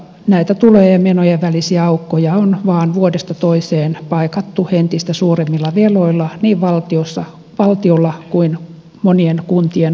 näitä tulojen ja menojen välisiä aukkoja on vain vuodesta toiseen paikattu entistä suuremmilla veloilla niin valtiolla kuin monien kuntien hallinnoissa